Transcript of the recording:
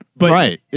Right